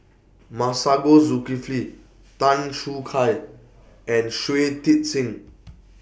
Masagos Zulkifli Tan Choo Kai and Shui Tit Sing